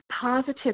positive